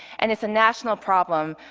and it's a national problem.